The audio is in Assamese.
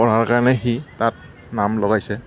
পঢ়াৰ কাৰণে সি তাত নাম লগাইছে